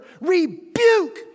rebuke